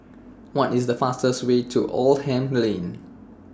What IS The fastest Way to Oldham Lane